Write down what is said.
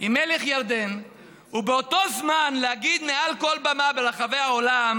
עם מלך ירדן ובאותו זמן להגיד מעל כל במה ברחבי העולם